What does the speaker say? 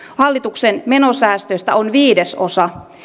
hallituksen menosäästöistä on viidesosa